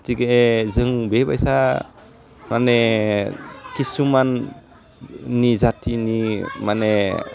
गथिखे जों बेबायसा माने खिसुमाननि जातिनि माने